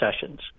Sessions